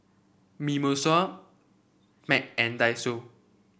Mimosa Mac and Daiso